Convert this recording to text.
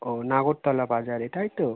ও নাগরতলা বাজারে তাই তো